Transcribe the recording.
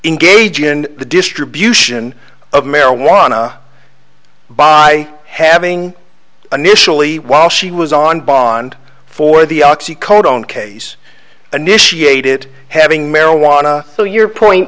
engaging in the distribution of marijuana by having initially while she was on bond for the oxy code on case initiated having marijuana so your point